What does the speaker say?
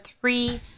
three